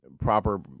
proper